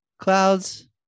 Clouds